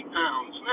pounds